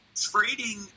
trading